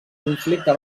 conflicte